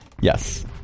Yes